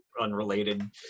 unrelated